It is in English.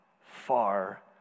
far